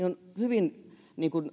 on hyvin